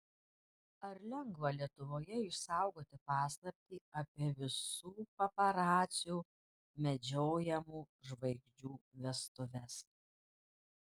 ar lengva lietuvoje išsaugoti paslaptį apie visų paparacių medžiojamų žvaigždžių vestuves